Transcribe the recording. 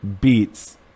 Beats